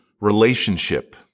relationship